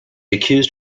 accuse